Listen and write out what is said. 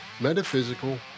metaphysical